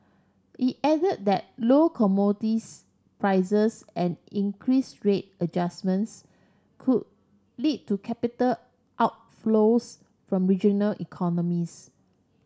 it added that low commodities prices and interest rate adjustments could lead to capital outflows from regional economies